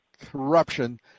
corruption